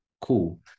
cool